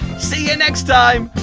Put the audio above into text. see you next time.